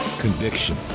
Conviction